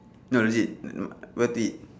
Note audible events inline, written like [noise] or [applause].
no legit [noise] worth it